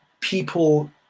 people